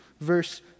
verse